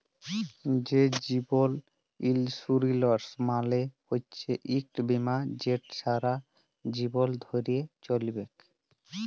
যে জীবল ইলসুরেলস মালে হচ্যে ইকট বিমা যেট ছারা জীবল ধ্যরে চ্যলবেক